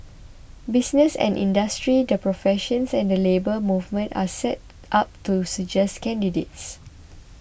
business and industry the professions and the Labour Movement are set up to suggest candidates